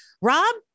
Rob